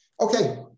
Okay